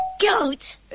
Goat